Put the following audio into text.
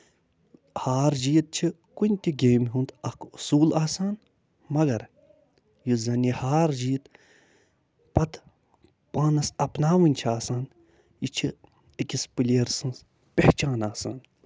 ہار چٮیٖت چھُ کُنہِ تہِ گٮ۪مہِ ہُند اکھ اوٚصوٗل آسان مَگر یُس زَن یہِ ہار جیٖت پَتہٕ پانَس اَپناؤنۍ چھِ آسان یہِ چھِ أکِس پِلیر سٕنز پہچان آسان